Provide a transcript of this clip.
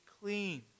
clean